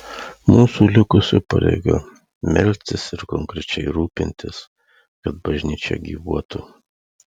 mūsų likusių pareiga melstis ir konkrečiai rūpintis kad bažnyčia gyvuotų